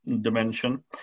dimension